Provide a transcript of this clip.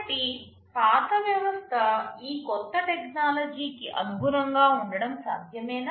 కాబట్టి పాత వ్యవస్థ ఈ కొత్త టెక్నాలజీకి అనుగుణంగా ఉండటం సాధ్యమేనా